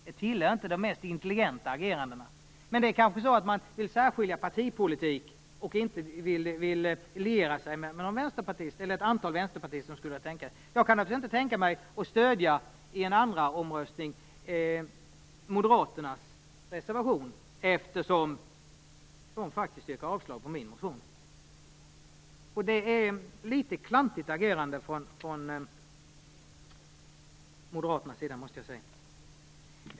Det är inte det mest intelligenta agerandet. Kanske vill man särskilja partiets politik - man vill inte liera sig med ett antal vänsterpartister. Själv kan jag naturligtvis inte tänka mig att i en andra omröstning stödja moderaternas reservation, eftersom de yrkar avslag på min motion. Det är ett något klantigt agerande från moderaternas sida; det måste jag säga.